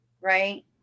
right